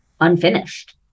unfinished